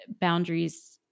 boundaries